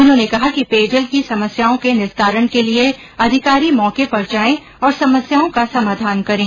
उन्होंने कहा कि पेयजल की समस्याओं के निस्तारण के लिए अधिकारी मौके पर जाएं और समस्याओं का समाधान करें